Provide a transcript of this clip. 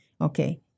Okay